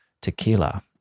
tequila